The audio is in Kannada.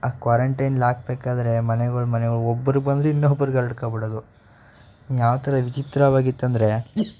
ಆ ಕ್ವಾರಂಟೈನ್ಲ್ಲಿ ಹಾಕ್ಬೇಕಾದರೆ ಮನೆಗಳು ಮನೆಗಳು ಒಬ್ರಿಗೆ ಬಂದ್ರೆ ಇನ್ನೊಬ್ರಿಗೆ ಹರ್ಡ್ಕೊ ಬಿಡೋದು ಯಾವ ಥರ ವಿಚಿತ್ರವಾಗಿತ್ತೆಂದ್ರೆ